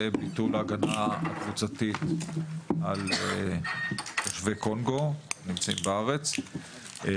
ביטול ההגנה הקבוצתית על אזרחי קונגו הנמצאים בארץ,